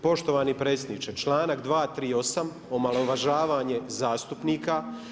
Poštovani predsjedniče, članak 238. omalovažavanje zastupnika.